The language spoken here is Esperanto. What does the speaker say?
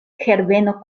herbeno